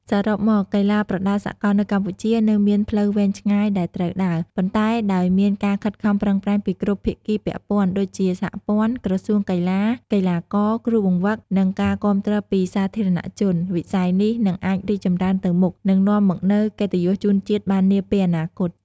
សរុបមក កីឡាប្រដាល់សកលនៅកម្ពុជានៅមានផ្លូវវែងឆ្ងាយដែលត្រូវដើរ ប៉ុន្តែដោយមានការខិតខំប្រឹងប្រែងពីគ្រប់ភាគីពាក់ព័ន្ធ ដូចជា សហព័ន្ធ ក្រសួងកីឡា កីឡាករ គ្រូបង្វឹក និងការគាំទ្រពីសាធារណជន វិស័យនេះនឹងអាចរីកចម្រើនទៅមុខ និងនាំមកនូវកិត្តិយសជូនជាតិបាននាពេលអនាគត។